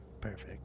Perfect